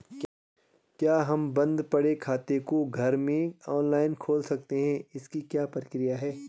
क्या हम बन्द पड़े खाते को घर में ऑनलाइन खोल सकते हैं इसकी क्या प्रक्रिया है?